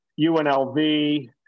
UNLV